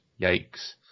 Yikes